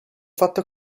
fatto